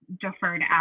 deferred